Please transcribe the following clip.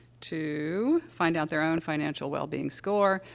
to find out their own financial wellbeing score,